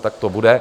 Tak to bude.